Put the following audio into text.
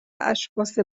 اشخاص